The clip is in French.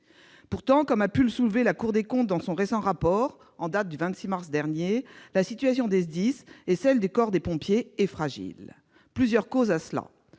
Pourtant, comme a pu le soulever la Cour des comptes dans son récent rapport, en date du 26 mars dernier, la situation des SDIS et celle du corps des pompiers sont fragiles. Plusieurs causes à cela